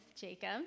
Jacob